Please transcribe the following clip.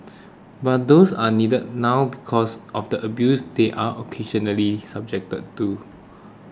but these are needed now because of the abuse they are occasionally subjected to